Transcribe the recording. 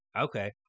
Okay